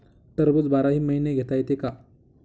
टरबूज बाराही महिने घेता येते का?